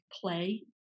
play